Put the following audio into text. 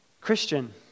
Christian